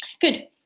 Good